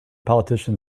politician